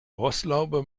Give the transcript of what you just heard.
rostlaube